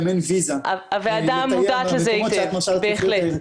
אין ויזה לתייר במקומות שאת מרשה לעצמך להיות תיירת.